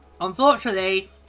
Unfortunately